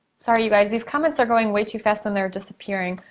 sorry you guys, these comments are going way to fast, and they're disappearing.